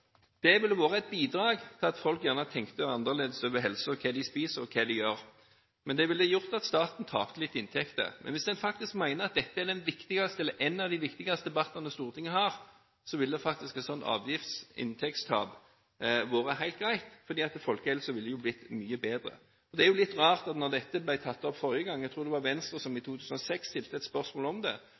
Det ville vært et bidrag til å få folk til å tenke annerledes over helse, hva de spiser, og hva de gjør. Det ville gjort at staten tapte litt inntekter, men hvis en faktisk mener at dette er en av de viktigste debattene Stortinget har, ville faktisk et sånt avgifts- og inntektstap vært helt greit, fordi folkehelsen ville blitt mye bedre. Det er litt rart at da dette ble tatt opp forrige gang, jeg tror det var Venstre som i 2006 stilte et spørsmål om det,